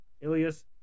Ilias